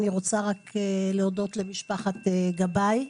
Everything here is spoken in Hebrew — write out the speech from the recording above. אני רוצה להודות למשפחת גבאי,